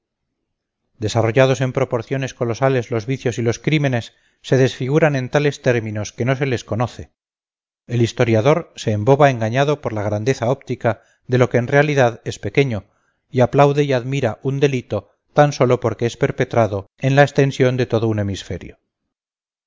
desarrollados en proporciones colosales los vicios y los crímenes se desfiguran en tales términos que no se les conoce el historiador se emboba engañado por la grandeza óptica de lo que en realidad es pequeño y aplaude y admira un delito tan sólo porque es perpetrado en la extensión de todo un hemisferio